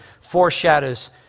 foreshadows